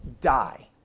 die